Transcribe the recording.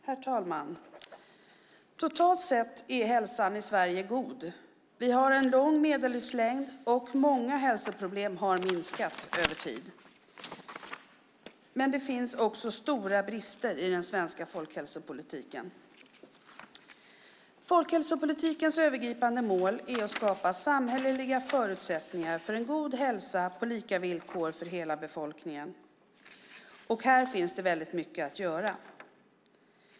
Herr talman! Totalt sett är hälsan i Sverige god. Vi har en lång medellivslängd, och många hälsoproblem har minskat över tid. Men det finns också stora brister i den svenska folkhälsopolitiken. Folkhälsopolitikens övergripande mål är att skapa samhälleliga förutsättningar för en god hälsa på lika villkor för hela befolkningen. Här finns mycket att göra.